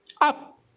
Up